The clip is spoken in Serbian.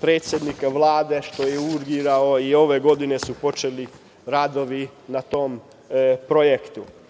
predsednika Vlade što je urgirao, i ove godine su počeli radovi na tom projektu. Vidi